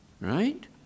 Right